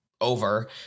over